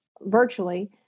virtually